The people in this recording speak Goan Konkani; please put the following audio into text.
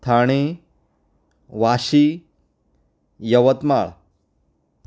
थाणे वाशी यवत्माळ